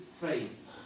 faith